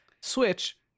Switch